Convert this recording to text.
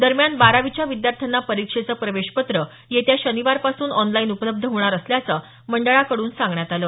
दरम्यान बारावीच्या विद्यार्थ्यांना परिक्षेचं प्रवेशपत्र येत्या शनिवारपासून ऑनलाईन उपलब्ध होणार असल्याचं मंडळाकड्रन सांगण्यात आलं